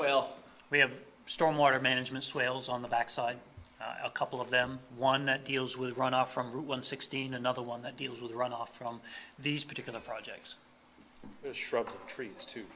well we have storm water management swells on the back side a couple of them one that deals with runoff from one sixteen another one that deals with runoff from these particular projects shrubs trees to